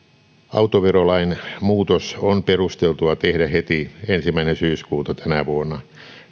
autoverolain muutos on perusteltua tehdä heti ensimmäinen syyskuuta tänä vuonna